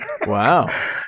Wow